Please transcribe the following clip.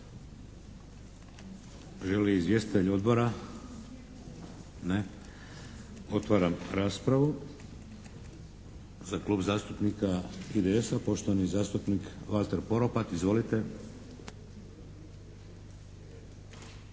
li izvjestitelji odbora? Ne. Otvaram raspravu. Za Klub zastupnika IDS-a poštovani zastupnik Valter Poropat. Izvolite!